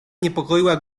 niepokoiła